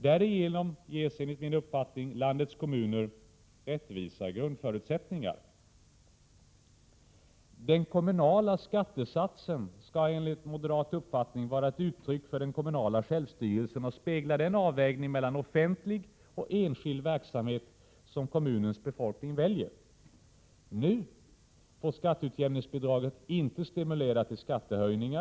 Därigenom får, enligt min uppfattning, landets kommuner rättvisa grundförutsättningar. Den kommunala skattesatsen skall enligt moderat uppfattning vara ett uttryck för den kommunala självstyrelsen och spegla den avvägning mellan offentlig och enskild verksamhet som kommunens befolkning väljer. Nu får Prot. 1987/88:111 skatteutjämningsbidraget inte stimulera till skattehöjningar.